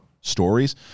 stories